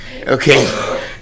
Okay